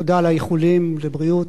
תודה על האיחולים לבריאות.